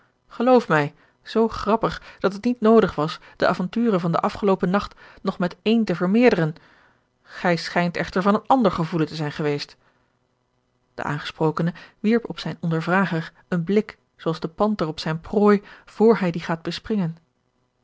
geloof mij zoo grappig dat het niet noodig was de avonturen van den afgeloopen nacht nog met één te vermeerderen gij schijnt echter van een ander gevoelen te zijn geweest de aangesprokene wierp op zijn ondervrager een blik zooals de panter op zijne prooi vr hij die gaat bespringen